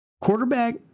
quarterback